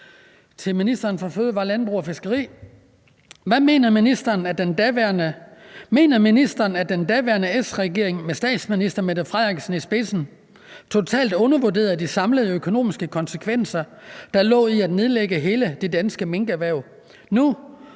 til ministeren for fødevarer, landbrug og fiskeri op: Mener ministeren, at den daværende S-regering med statsminister Mette Frederiksen i spidsen totalt undervurderede de samlede økonomiske konsekvenser, der lå i at nedlægge hele det danske minkerhverv